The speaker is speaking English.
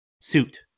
suit